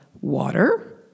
water